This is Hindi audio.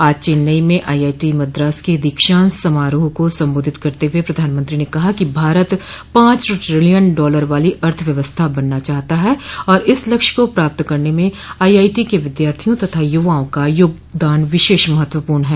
आज चेन्नई में आईआईटी मद्रास के दीक्षान्त समारोह को संबोधित करते हुए प्रधानमंत्री ने कहा कि भारत पांच ट्रिलियन डॉलर वाली अर्थव्यवस्था बनना चाहता है और इस लक्ष्य को प्राप्त करने में आईआईटी के विद्यार्थियों तथा यूवाआ का योगदान विशेष महत्वपूर्ण है